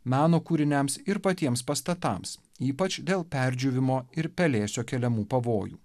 meno kūriniams ir patiems pastatams ypač dėl perdžiūvimo ir pelėsio keliamų pavojų